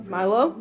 Milo